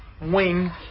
wing